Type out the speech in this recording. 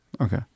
Okay